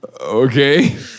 Okay